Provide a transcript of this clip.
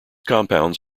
compounds